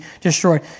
destroyed